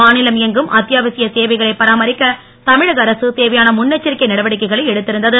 மாநிலம் எங்கும் அத்தியாவசிய சேவைகளை பாராமரிக்க தமிழக அரசு தேவையான முன்னெச்சரிக்கை நடவடிக்கைகளை எடுத்திருந்தது